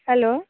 hello